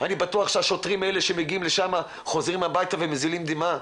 אני בטוח שהשוטרים האלה שמגיעים לשמה חוזרים הביתה ומזילים דמעה,